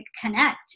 connect